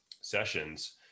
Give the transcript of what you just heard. sessions